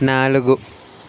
నాలుగు